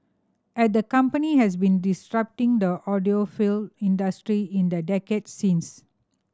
and the company has been disrupting the audiophile industry in the decade since